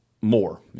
more